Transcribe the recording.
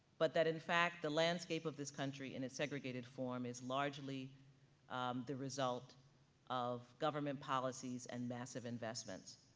but that in fact, the landscape of this country in its segregated form is largely the result of government policies and massive investments.